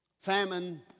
famine